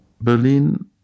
Berlin